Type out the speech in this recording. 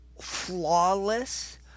flawless